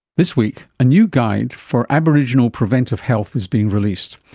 this week, a new guide for aboriginal preventive health is being released.